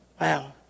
Wow